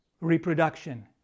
Reproduction